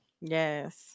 Yes